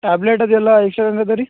tablet ಅದೆಲ್ಲ ಎಷ್ಟು ಆಗೋಂಗದ ರೀ